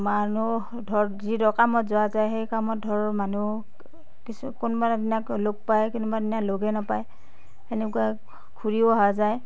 মানুহ ধৰ যি কামত যোৱা যায় সেই কামত ধৰ মানুহ কিছু কোনোবা দিনা লগ পায় কোনোবা দিনা লগে নাপায় সেনেকুৱা ঘূৰিও অহা যায়